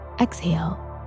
Exhale